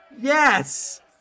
yes